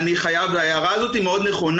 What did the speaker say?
ההערה הזאת מאוד נכונה.